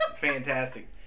fantastic